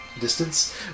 Distance